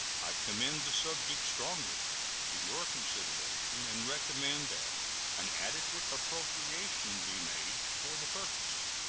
i commend the subject strongly to your consideration, and recommend that an adequate appropriation be made for the purpose.